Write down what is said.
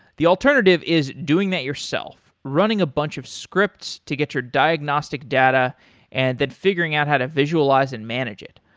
the alternative is doing that yourself, running a bunch of scripts to get your diagnostic data and then figuring out how to visualize and manage it.